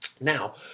Now